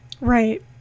right